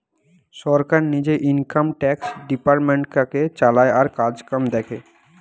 সরকার নিজে income tax ডিপার্টমেন্টটাকে চালায় আর কাজকাম দেখে